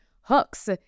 hooks